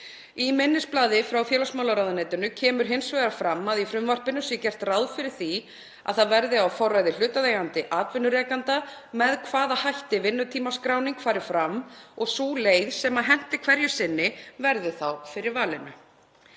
Í minnisblaði frá félagsmálaráðuneytinu kemur hins vegar fram að í frumvarpinu sé gert ráð fyrir því að það verði á forræði hlutaðeigandi atvinnurekanda með hvaða hætti vinnutímaskráning fari fram og sú leið sem henti hverju sinni verði þá fyrir valinu.